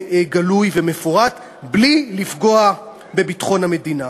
גלוי ומפורט בלי לפגוע בביטחון המדינה.